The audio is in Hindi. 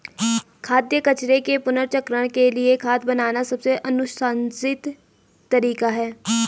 खाद्य कचरे के पुनर्चक्रण के लिए खाद बनाना सबसे अनुशंसित तरीका है